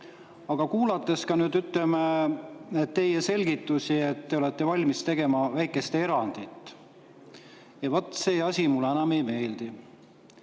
Aga kuulates nüüd, ütleme, teie selgitusi, et te olete valmis tegema väikest erandit, siis vaat, see asi mulle enam ei meeldi.